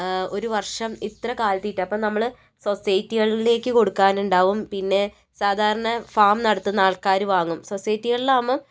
ഒരു വർഷം ഇത്ര കാലിതീറ്റ അപ്പോൾ നമ്മൾസൊസൈറ്റികളിലേക്ക് കൊടുക്കനുണ്ടാവും പിന്നെ സാധാരണ ഫാം നടത്തുന്ന ആൾക്കാർ വാങ്ങും സൊസൈറ്റി കളിലാവുമ്പോൾ